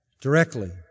directly